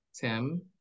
Tim